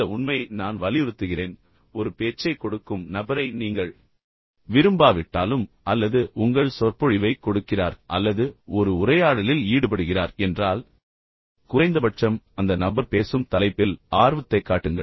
இந்த உண்மையை நான் வலியுறுத்துகிறேன் உங்களுக்கு ஒரு பேச்சைக் கொடுக்கும் நபரை நீங்கள் விரும்பாவிட்டாலும் அல்லது உங்கள் சொற்பொழிவைக் கொடுக்கிறார் அல்லது ஒரு உரையாடலில் ஈடுபடுகிறார் என்றால் குறைந்தபட்சம் அந்த நபர் பேசும் தலைப்பில் ஆர்வத்தைக் காட்டுங்கள்